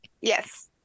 Yes